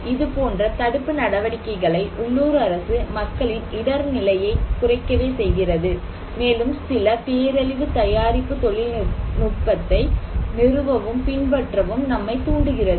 இதுபோன்ற தடுப்பு நடவடிக்கைகளை உள்ளூர் அரசு மக்களின் இடர் நிலையை குறைக்கவே செய்கிறது மேலும் சில பேரழிவு தயாரிப்பு தொழில்நுட்பத்தை நிறுவவும் பின்பற்றவும் நம்மை தூண்டுகிறது